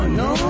no